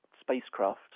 spacecraft